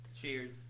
Cheers